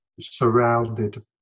surrounded